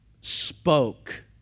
spoke